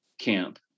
camp